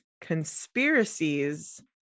conspiracies